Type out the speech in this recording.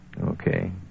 Okay